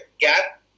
gap